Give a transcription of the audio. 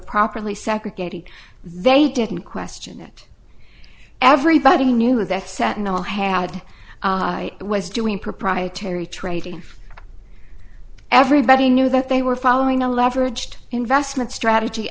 properly segregated they didn't question it everybody knew that set no had i was doing proprietary trading everybody knew that they were following a leveraged investment strategy